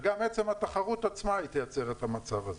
וגם עצם התחרות עצמה תייצר את המצב הזה.